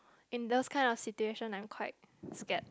in those kind of situation I'm quite scared